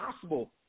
possible